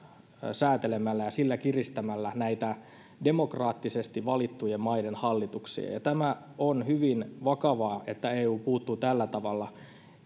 säätelemällä ja sillä kiristämällä näitä demokraattisesti valittujen maiden hallituksia ja ja tämä on hyvin vakavaa että eu puuttuu tällä tavalla